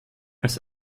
als